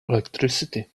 electricity